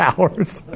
hours